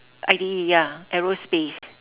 I_T_E ya aerospace